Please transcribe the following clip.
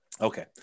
Okay